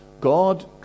God